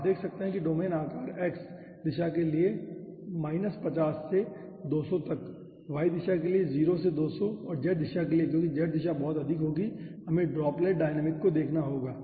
आप देख सकते हैं कि डोमेन आकार x दिशा के लिए 50 से 200 तक y दिशा के लिए 0 से 200 और z दिशा के लिए क्योंकि z दिशा बहुत अधिक होगी हमें ड्रॉपलेट डायनामिक को देखना होगा